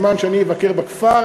בזמן שאני אבקר בכפר,